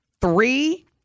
Three